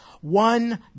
One